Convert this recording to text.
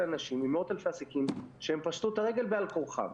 אנשים ומאות אלפי עסקים שפשטו את הרגל בעל כורחם.